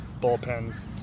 bullpens